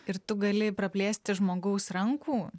ir tu gali praplėsti žmogaus rankų